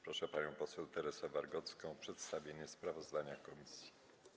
Proszę panią poseł Teresę Wargocką o przedstawienie sprawozdania komisji.